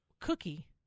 Cookie